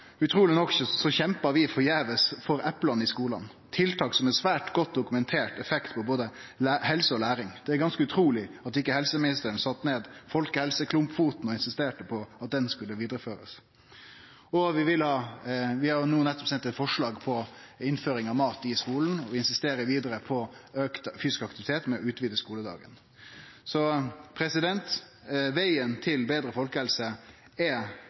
utruleg nok kjempar vi forgjeves for epla i skulen, eit tiltak som har ein svært godt dokumentert effekt på både helse og læring. Det er ganske utruleg at ikkje helseministeren sette ned folkehelseklumpfoten og insisterte på at det skulle førast vidare. Vi har no nettopp sendt eit forslag om innføring av mat i skulen, og vi insisterer vidare på auka fysisk aktivitet med utvida skuledag. Vegen til betre folkehelse er